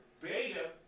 beta